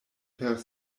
per